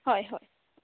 होय होय